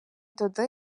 туди